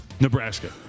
Nebraska